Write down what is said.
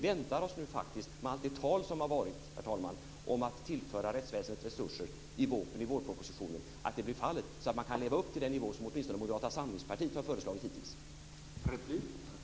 Efter allt tal om att tillföra rättsväsendet resurser i vårpropositionen, väntar vi oss nu att det blir fallet, så att man kan leva upp till den nivå som åtminstone Moderata samlingsparitet hittills har föreslagit.